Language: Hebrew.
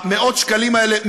מאות השקלים האלה,